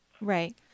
right